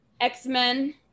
X-Men